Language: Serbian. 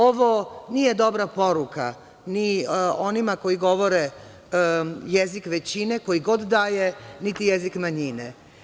Ovo nije dobra poruka ni onima koji govore jezik većine, koji god da je, niti jezik manjine.